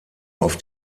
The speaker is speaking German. auf